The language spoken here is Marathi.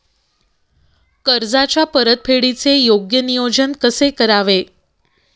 कर्जाच्या परतफेडीचे योग्य नियोजन कसे करावे?